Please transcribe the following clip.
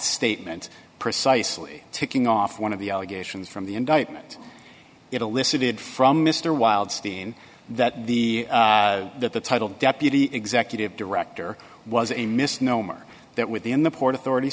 statement precisely ticking off one of the allegations from the indictment it elicited from mr wildstein that the that the title deputy executive director was a misnomer that within the port authority